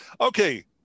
Okay